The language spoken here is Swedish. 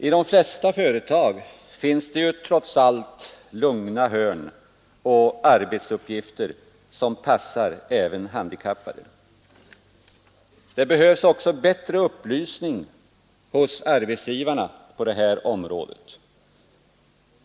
I de flesta företag finns trots allt ”lugna hörn” och arbetsuppgifter som passar även för handikappade. Arbetsgivarna behöver också bättre upplysning om dessa ting.